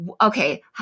okay